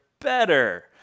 better